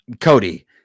Cody